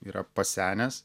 yra pasenęs